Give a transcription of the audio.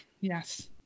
yes